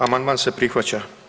Amandman se prihvaća.